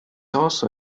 also